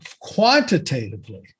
quantitatively